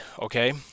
okay